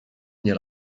nie